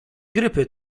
grypy